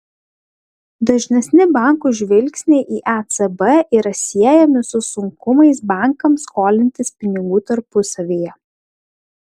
dažnesni bankų žvilgsniai į ecb yra siejami su sunkumais bankams skolintis pinigų tarpusavyje